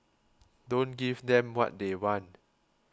don't give them what they want